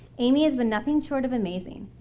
amy has been nothing short of amazing.